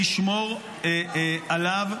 אני אשלים רק את המשפט הזה.